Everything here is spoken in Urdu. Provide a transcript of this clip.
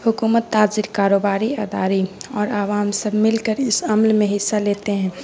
حکومت تاجر کاروباری ادارے اور عوام سب مل کر اس عمل میں حصہ لیتے ہیں